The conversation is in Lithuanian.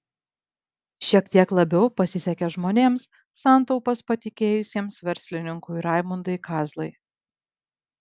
šiek tiek labiau pasisekė žmonėms santaupas patikėjusiems verslininkui raimundui kazlai